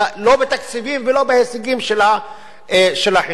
לא בתקציבים ולא בהישגים של החינוך.